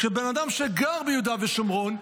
כבן אדם שגר ביהודה ושומרון,